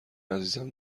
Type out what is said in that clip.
عزیزم